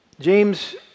James